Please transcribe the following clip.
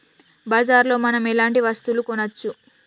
బజార్ లో మనం ఎలాంటి వస్తువులు కొనచ్చు?